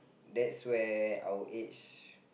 that's where our age